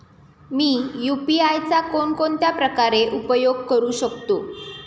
मी UPI चा कोणकोणत्या प्रकारे उपयोग करू शकतो?